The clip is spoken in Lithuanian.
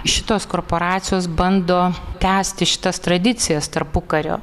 šitos korporacijos bando tęsti šitas tradicijas tarpukario